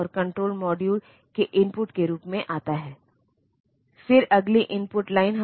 और आप उन मूल्यों में टाइप कर सकते हैं जिन्हें आप दर्ज करना चाहते हैं और वे एक हेक्साडेसिमल प्रारूप में दर्ज किए जाते हैं